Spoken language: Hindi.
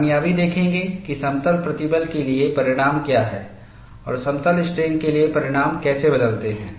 हम यह भी देखेंगे कि समतल प्रतिबल के लिए परिणाम क्या हैं और समतल स्ट्रेन के लिए परिणाम कैसे बदलते हैं